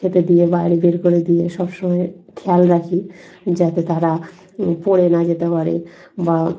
খেতে দিয়ে বাইরে বের করে দিয়ে সব সমময় খেয়াল রাখি যাতে তারা পড়ে না যেতে পারে বা